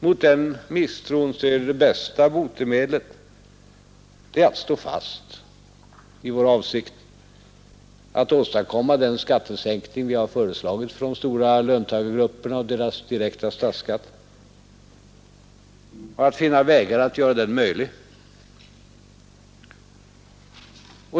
Mot den misstron är det bästa botemedlet att vi står fast i vår avsikt att åstadkomma den sänkning av den direkta statsskatten som vi har föreslagit för de stora löntagargrupperna och att finna vägar att göra den möjlig.